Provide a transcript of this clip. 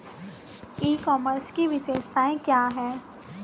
ई commerce की विशेषताएं क्या हैं?